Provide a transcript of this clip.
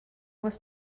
was